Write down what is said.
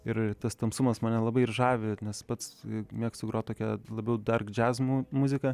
ir tas tamsumas mane labai ir žavi nes pats mėgstu groti tokią labiau dark džiaz muziką